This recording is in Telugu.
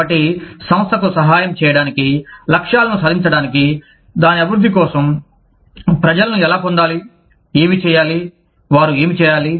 కాబట్టి సంస్థకు సహాయం చేయడానికి లక్ష్యాలను సాధించడానికి దాని అభివృద్ధి కోసం ప్రజలను ఎలా పొందాలి ఏమి చేయాలి వారు ఏమి చేయాలి